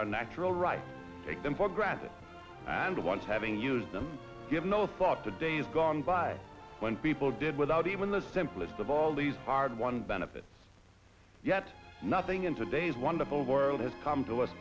our natural right to take them for granted and once having used them give no thought to days gone by when people did without even the simplest of all these hard won benefit yet nothing in today's wonderful world has come to